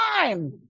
time